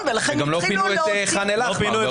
גם לא פינו את חאן אל אחמר.